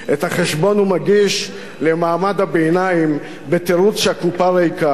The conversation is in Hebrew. את החשבון הוא מגיש למעמד הביניים בתירוץ שהקופה ריקה.